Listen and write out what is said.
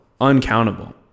uncountable